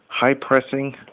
High-pressing